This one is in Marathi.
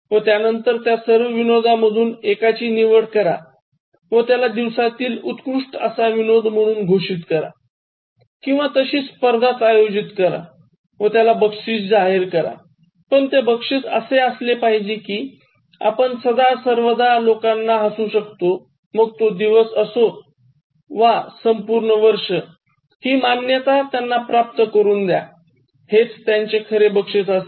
व त्यांनतर त्या सर्व विनोदामधून एकाची निवड करा व त्याला दिवसातील उत्कृष्ट असा विनोद म्हणून घोषित करा किंवा तशी स्पर्धा आयोजित करा व त्याला बक्षीस जाहीर करा पण ते बक्षीस असे असले पाहिजे कि आपण सदा सर्वदा लोकांना हसवू शकतो मग तो दिवस असो वा संपूर्ण वर्ष हि मान्यता त्याना प्राप्त करून द्या हेच त्यांचे खरे बक्षीस असेल